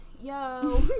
yo